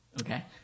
Okay